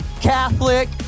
Catholic